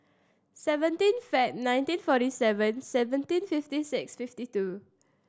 seventeen Feb nineteen forty seven seventeen fifty six fifty two